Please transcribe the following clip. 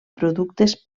productes